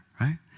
right